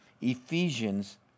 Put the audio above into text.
Ephesians